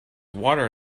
water